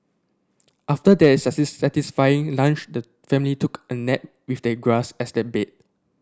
after their satisfying lunch the family took a nap with the grass as their bed